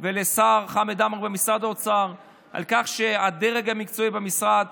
ולשר במשרד האוצר חמד עמאר על כך שהדרג המקצועי במשרד